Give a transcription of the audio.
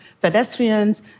pedestrians